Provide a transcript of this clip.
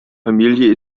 familie